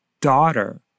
daughter